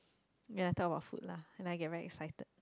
ya that was food lah and I get very excited